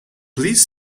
please